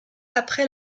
après